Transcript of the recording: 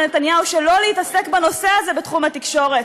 לנתניהו שלא להתעסק בנושא הזה בתחום התקשורת.